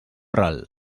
ral